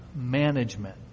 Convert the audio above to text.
management